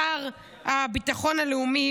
השר לביטחון לאומי,